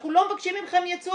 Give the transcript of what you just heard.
אנחנו לא מבקשים מכם ייצוא,